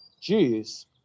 Jews